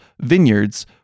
vineyards